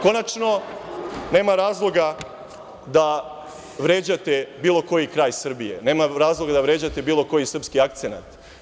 Konačno, nema razloga da vređate bilo koji kraj Srbije, nema razloga da vređate bilo koji srpski akcenat.